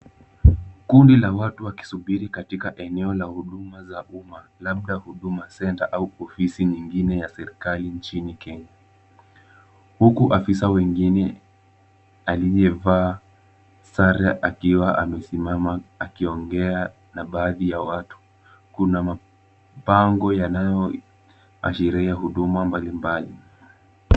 Kundi la watu wakisubiri katika eneo la huduma za umma, labda Huduma Centre ama ofisi nyingine ya serikali nchini Kenya. Huku afisa mwingine aliyevaa sare akiwa amesimama akiongea na baadhi ya watu. Kuna mabango yanayoashiria huduma mbalimbali.